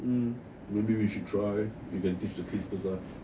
um maybe we should try if you can teach the kids this one